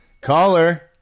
Caller